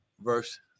verse